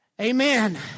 Amen